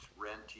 renting